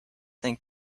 think